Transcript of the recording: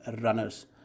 runners